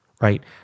right